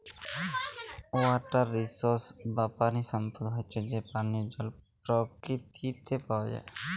water resource বা পানি সম্পদ হচ্যে যে পানিয় জল পরকিতিতে পাওয়া যায়